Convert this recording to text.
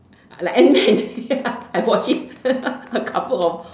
like and then ya I watch it a couple of